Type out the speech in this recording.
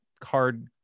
card